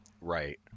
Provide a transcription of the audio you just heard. right